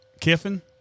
Kiffin